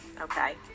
okay